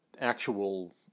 actual